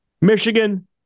Michigan